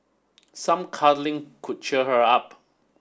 some cuddling could cheer her up